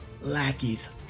Lackeys